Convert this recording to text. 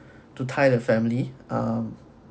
to tide the family um